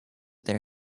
their